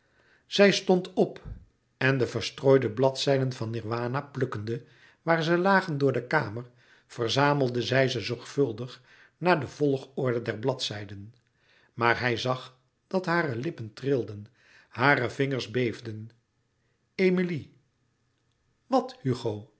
zij stond op en de verstrooide bladzijden van nirwana plukkende waar ze lagen door de kamer verlouis couperus metamorfoze zamelde zij ze zorgvuldig naar de volgorde der bladzijden maar hij zag dat hare lippen trilden hare vingers beefden emilie wat hugo